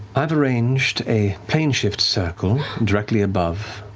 i've arranged a plane shift circle directly above